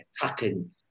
attacking